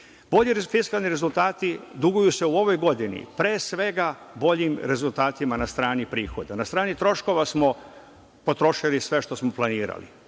fiskalni rezultati duguju se u ovoj godini pre svega boljim rezultatima na strani prihoda. Na strani troškova smo potrošili sve što smo planirali.